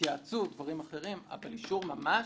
התייעצות ודברים אחרים אבל אישור ממש,